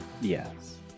Yes